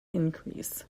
increase